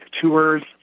tours